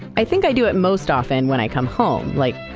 i think i do it most often when i come home like,